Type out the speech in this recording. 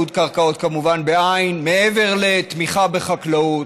מעבר לתמיכה בחקלאות,